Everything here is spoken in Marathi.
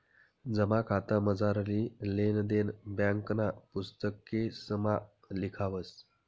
जमा खातामझारली लेन देन ब्यांकना पुस्तकेसमा लिखावस